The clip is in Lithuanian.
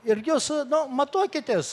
ir jūs nu matuokitės